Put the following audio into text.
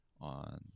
on